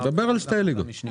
דבר על שתי הליגות.